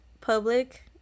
public